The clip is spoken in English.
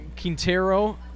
Quintero